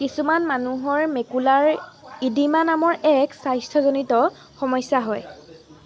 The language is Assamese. কিছুমান মানুহৰ মেকুলাৰ ইডিমা নামৰ এক স্বাস্থ্যজনিত সমস্যা হয়